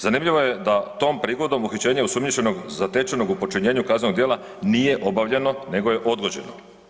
Zanimljivo je tom prigodom uhićenje osumnjičenog zatečenog u počinjenju kazneno djela nije obavljeno nego je odgođeno.